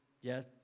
Yes